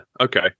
Okay